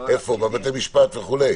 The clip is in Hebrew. בבתי משפט וכו'?